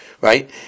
right